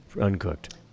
uncooked